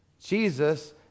Jesus